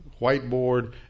whiteboard